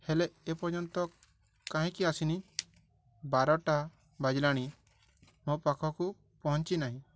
ହେଲେ ଏପର୍ଯ୍ୟନ୍ତ କାହିଁକି ଆସିନି ବାରଟା ବାଜିଲାଣି ମୋ ପାଖକୁ ପହଞ୍ଚି ନାହିଁ